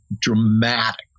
dramatic